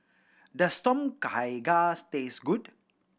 does Tom Kha Gai taste good